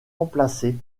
remplacée